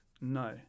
no